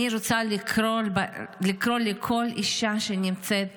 אני רוצה לקרוא לכל אישה שנמצאת